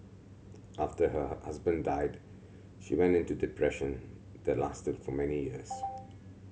after her husband died she went into the depression the lasted for many years